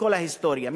בכל ההיסטוריה?